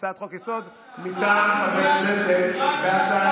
מטעם חבר כנסת בהצעת חוק פרטית.